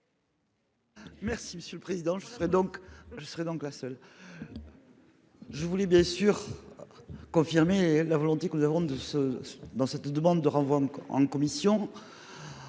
Merci monsieur le président. Je serai donc je serai donc la seule. Je voulais bien sûr. Confirmé la volonté que nous avons de ce dans cette demande de renvoi en commission.